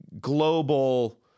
global